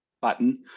button